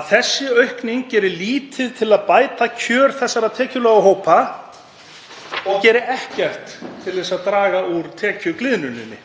að þessi aukning geri lítið til að bæta kjör þessara tekjulágu hópa og geri ekkert til að draga úr tekjugliðnuninni.